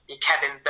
Kevin